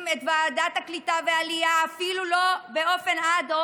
את ועדת הקליטה והעלייה אפילו לא אד-הוק